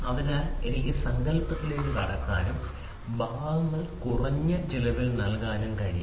അതിനാൽ എനിക്ക് സങ്കൽപ്പത്തിലേക്ക് കടക്കാനും ഭാഗങ്ങൾ കുറഞ്ഞ സാമ്പത്തികമായും നൽകാം